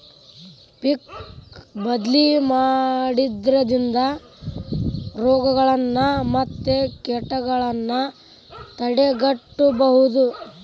ಪಿಕ್ ಬದ್ಲಿ ಮಾಡುದ್ರಿಂದ ರೋಗಗಳನ್ನಾ ಮತ್ತ ಕೇಟಗಳನ್ನಾ ತಡೆಗಟ್ಟಬಹುದು